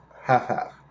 half-half